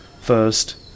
first